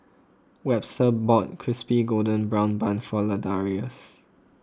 Webster bought Crispy Golden Brown Bun for Ladarius